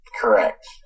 Correct